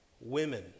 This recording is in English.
women